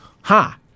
Ha